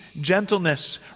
gentleness